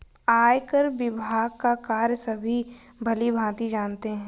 आयकर विभाग का कार्य सभी भली भांति जानते हैं